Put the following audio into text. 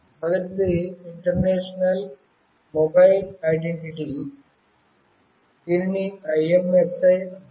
మొదటిది international mobile identity దీనిని IMSI అంటారు